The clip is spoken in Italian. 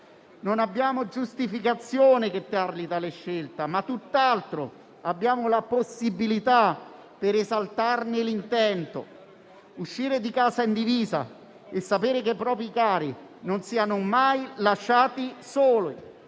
Non abbiamo giustificazione di tale scelta, ma tutt'altro, abbiamo la possibilità di esaltarne l'intento; uscire di casa in divisa e sapere che i propri cari non saranno mai lasciati soli.